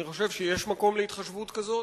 אני חושב שיש מקום להתחשבות כזאת.